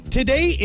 today